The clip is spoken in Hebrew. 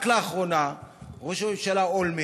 רק לאחרונה הורשע ראש הממשלה אולמרט,